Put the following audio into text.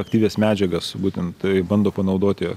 aktyvias medžiagas būtent bando panaudoti